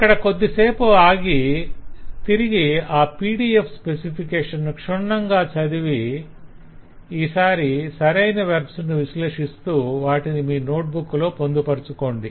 ఇక్కడ కొద్దిసేపు ఆగి తిరిగి ఆ PDF స్పెసిఫికేషన్ ను క్షుణ్ణంగా చదివి ఈ సారి సరైన వెర్బ్స్ ను విశ్లేషిస్తూ వాటిని మీ నోట్ బుక్ లో పొందుపరచుకొండి